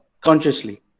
consciously